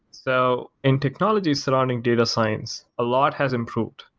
so in technology surrounding data science, a lot has improved,